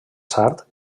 sard